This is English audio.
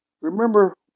Remember